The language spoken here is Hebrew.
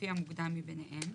לפי המוקדם ביניהם.